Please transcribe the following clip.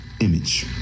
image